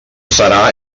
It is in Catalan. serà